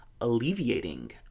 alleviating